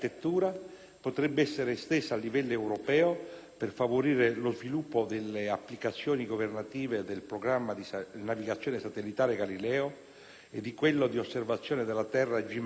potrebbe essere estesa a livello europeo per favorire lo sviluppo delle applicazioni governative del programma di navigazione satellitare Galileo e di quello di osservazione della Terra GMES